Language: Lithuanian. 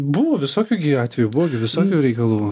buvo visokių gi atvejų buvo gi visokių reikalų